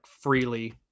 freely